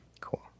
Cool